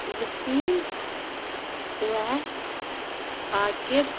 Waseem Owais Aqib